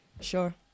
Sure